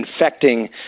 infecting